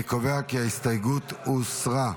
אני קובע כי ההסתייגות הוסרה.